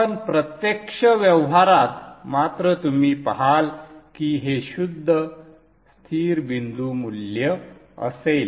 पण प्रत्यक्ष व्यवहारात मात्र तुम्ही पहाल की हे शुद्ध स्थिर बिंदू मूल्य असेल